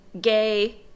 gay